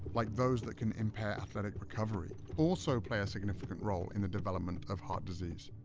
like those that can impair athletic recovery, also play a significant role in the development of heart disease.